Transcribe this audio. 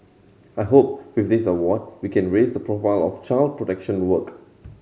I hope with this award we can raise the profile of child protection work